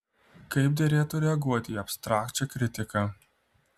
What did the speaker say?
kaip derėtų reaguoti į abstrakčią kritiką